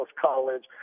College